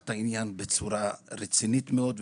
שלקחת את העניין בצורה רצינית מאוד.